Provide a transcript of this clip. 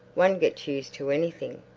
one gets used to anything.